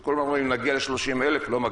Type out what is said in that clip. אז אומרים: נגיע ל-30,000 לא מגיעים,